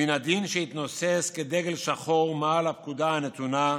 מן הדין שיתנוסס כדגל שחור מעל לפקודה הנתונה,